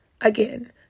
again